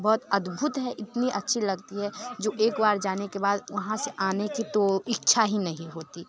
बहुत अद्भुत है इतनी अच्छी लगती है जो एक बार जाने के बाद वहाँ से आने की तो इच्छा ही नहीं होती